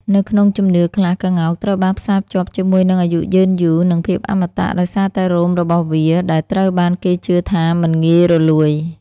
នៅក្នុងជំនឿខ្លះ ក្ងោកត្រូវបានផ្សារភ្ជាប់ជាមួយនឹង អាយុយឺនយូរ និង ភាពអមតៈ ដោយសារតែរោមរបស់វាដែលត្រូវបានគេជឿថាមិនងាយរលួយ។